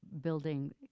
building